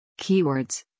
Keywords